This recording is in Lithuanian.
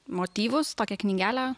motyvus tokią knygelę